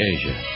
Asia